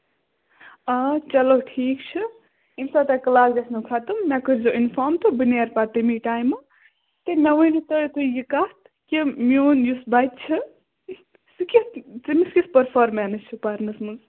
آ چلو ٹھیٖک چھُ ییٚمہِ ساتہٕ تۄہہِ کٕلاس گژھنَو خَتٕم مےٚ کٔرۍزیٚو اِنفارٕم تہٕ بہٕ نیرٕ پَتہٕ تَمے ٹایمہٕ کہِ مےٚ ؤنۍتو تُہۍ یہِ کَتھ کہِ میٛون یُس بَچہٕ چھُ سُہ کِتھٕ تٔمِس کِتھٕ پٔرفارمٮ۪نَس چھِ پَرنس منٛز